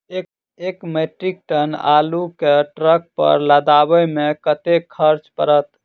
एक metric ton आलु केँ ट्रक पर लदाबै मे कतेक खर्च पड़त?